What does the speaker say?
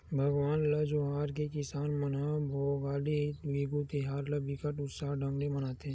भगवान ल जोहार के किसान मन ह भोगाली बिहू तिहार ल बिकट उत्साह ढंग ले मनाथे